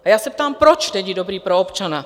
A já se ptám, proč není dobrý pro občana?